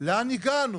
לאן הגענו?